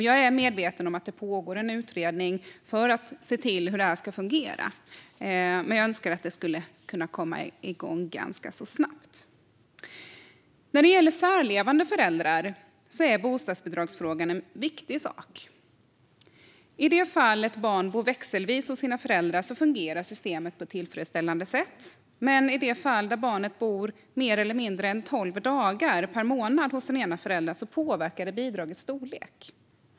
Jag är medveten om att det pågår en utredning för att se till hur det ska fungera. Men jag önskar att det skulle kunna komma igång ganska så snabbt. När det gäller särlevande föräldrar är bostadsbidragsfrågan en viktig sak. I det fall ett barn bor växelvis hos sina föräldrar fungerar systemet på ett tillfredställande sätt. Men i det fall barnet bor mer eller mindre än tolv dagar per månad hos den ena föräldern påverkar det bidragets storlek.